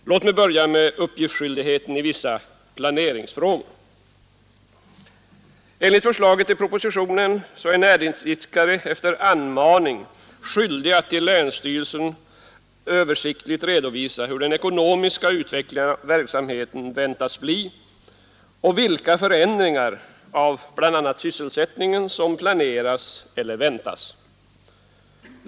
Låt mig börja med uppgiftsskyldigheten i vissa planeringsfrågor. Enligt förslaget i propositionen är näringsidkare efter anmaning skyldiga att till länsstyrelsen översiktligt redovisa hur den ekonomiska utvecklingen av verksamheten väntas bli och vilka förändringar av bl.a. sysselsättningen som planeras eller väntas.